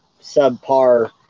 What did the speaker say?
subpar